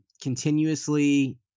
continuously